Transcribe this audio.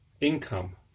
income